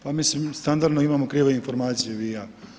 Pa mislim standardno imamo krivu informaciju vi i ja.